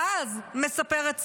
ואז, מספרת ציפי,